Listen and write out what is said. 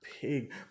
Pig